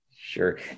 Sure